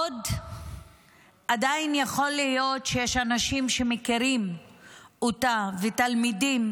עדיין יכול להיות שיש אנשים שמכירים אותה ותלמידים